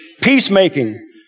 Peacemaking